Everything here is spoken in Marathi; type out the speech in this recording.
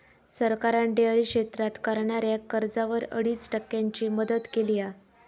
सरकारान डेअरी क्षेत्रात करणाऱ्याक कर्जावर अडीच टक्क्यांची मदत केली हा